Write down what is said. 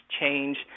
change